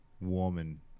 woman